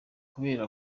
kubera